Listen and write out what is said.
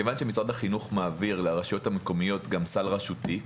מכיוון שמשרד החינוך מעביר לרשויות המקומיות גם סל רשותי,